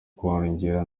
kurengera